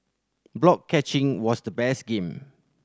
block catching was the best game